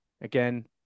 again